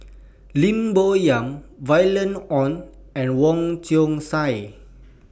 Lim Bo Yam Violet Oon and Wong Chong Sai